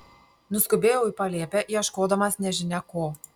nuskubėjau į palėpę ieškodamas nežinia ko